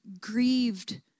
grieved